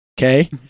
okay